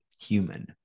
human